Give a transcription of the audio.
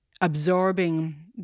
absorbing